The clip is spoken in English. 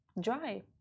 dry